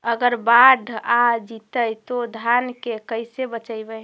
अगर बाढ़ आ जितै तो धान के कैसे बचइबै?